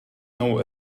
know